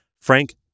Frank